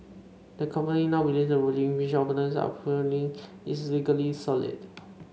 the company now believes the ruling which opponents are appealing is legally solid